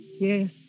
Yes